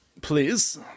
Please